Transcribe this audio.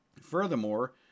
Furthermore